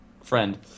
friend